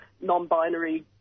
non-binary